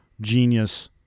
genius